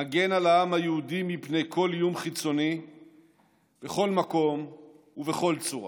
נגן על העם היהודי מפני כל איום חיצוני בכל מקום ובכל צורה